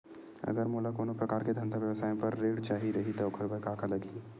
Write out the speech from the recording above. अगर मोला कोनो प्रकार के धंधा व्यवसाय पर ऋण चाही रहि त ओखर बर का का लगही?